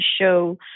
show